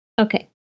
Okay